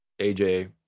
AJ